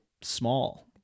small